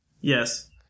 Yes